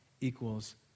equals